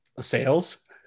sales